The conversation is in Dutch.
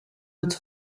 het